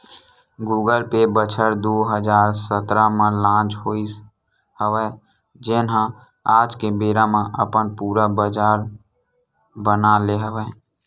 Google Pay बछर दू हजार सतरा म लांच होइस हवय जेन ह आज के बेरा म अपन पुरा बजार बना ले हवय